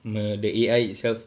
the A_I itself